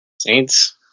Saints